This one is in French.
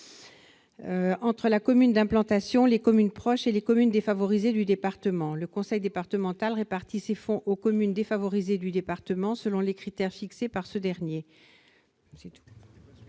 entre la commune d'implantation, les communes proches et les communes défavorisées du département. Le conseil départemental octroie les fonds aux communes défavorisées selon les critères qu'il a fixés.